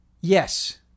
Yes